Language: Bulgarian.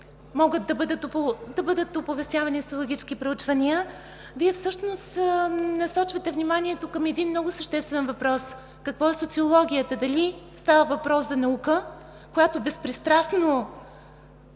могат да бъдат оповестявани социологически проучвания – Вие всъщност насочвате вниманието към един много съществен въпрос: какво е социологията? Дали става въпрос за наука, която безпристрастно